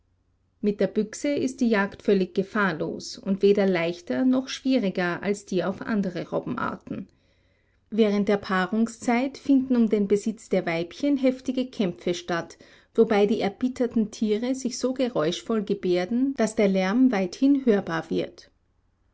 mit der büchse ist die jagd völlig gefahrlos und weder leichter noch schwieriger als die auf andere robbenarten während der paarungszeit finden um den besitz der weibchen heftige kämpfe statt wobei die erbitterten tiere sich so geräuschvoll gebärden daß der lärm weithin hörbar wird